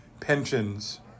pensions